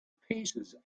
paces